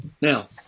Now